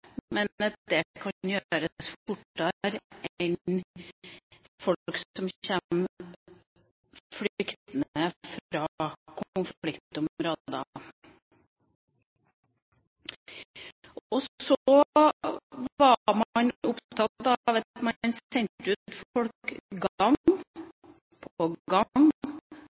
men det kan gjøres fortere enn for folk som kommer flyktende fra konfliktområder. Så var man opptatt av at man sendte ut folk